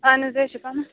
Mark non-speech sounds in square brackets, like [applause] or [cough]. [unintelligible]